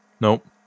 Nope